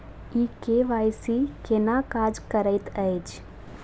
ई KYC केना काज करैत अछि?